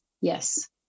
Yes